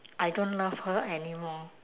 I don't love her anymore